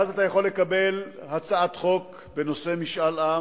ואז אתה יכול לקבל הצעת חוק בנושא משאל עם